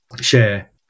share